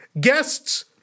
Guests